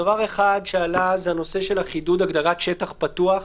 דבר אחד שעלה זה הנושא של חידוד הגדרת שטח פתח.